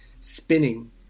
spinning